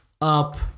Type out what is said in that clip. up